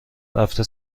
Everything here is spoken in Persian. رفته